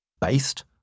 based